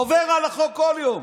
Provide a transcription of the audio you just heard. עובר על החוק כל יום.